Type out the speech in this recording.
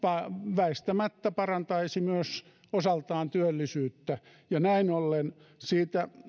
väistämättä parantaisi myös osaltaan työllisyyttä näin ollen siitä